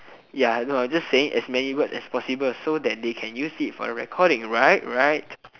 ya no I'm just saying as many words as possible so that they can use it for the recordings right right